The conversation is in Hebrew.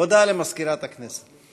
הודעה למזכירת הכנסת.